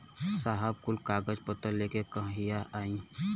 साहब कुल कागज पतर लेके कहिया आई?